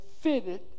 fitted